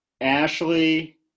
Ashley